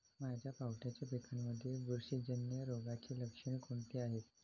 माझ्या पावट्याच्या पिकांमध्ये बुरशीजन्य रोगाची लक्षणे कोणती आहेत?